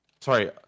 sorry